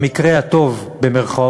במקרה ה"טוב",